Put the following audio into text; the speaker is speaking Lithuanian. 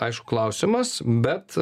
aišku klausimas bet